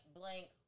blank